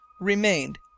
remained